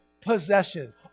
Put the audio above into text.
possession